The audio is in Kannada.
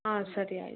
ಹಾಂ ಸರಿ ಆಯಿತು